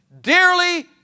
dearly